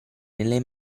nelle